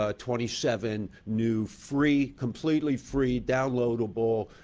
ah twenty seven new, free completely free, downloadable